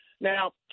Now